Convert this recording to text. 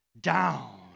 down